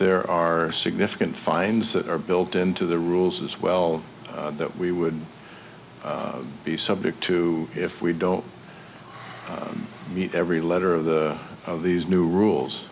there are significant fines that are built into the rules as well that we would be subject to if we don't meet every letter of the of these new rules